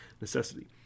necessity